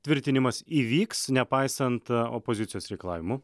tvirtinimas įvyks nepaisant opozicijos reikalavimų